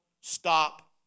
stop